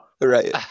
Right